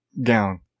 gown